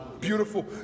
Beautiful